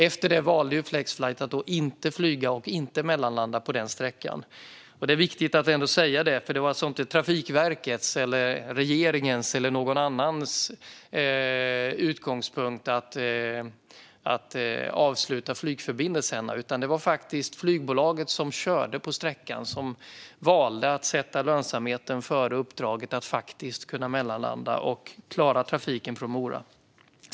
Efter det valde Flexflight att inte flyga och mellanlanda på den sträckan. Det är viktigt att säga att det varken var Trafikverkets, regeringens eller någon annans utgångspunkt att avsluta flygförbindelserna, utan det var faktiskt det flygbolag som körde på sträckan som valde att sätta lönsamheten före uppdraget att mellanlanda och klara trafiken från Mora.